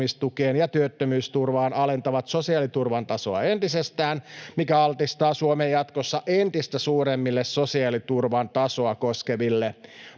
ja työttömyysturvaan alentavat sosiaaliturvan tasoa entisestään, mikä altistaa Suomen jatkossa entistä suuremmille sosiaaliturvan tasoa koskeville